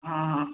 ହଁ ହଁ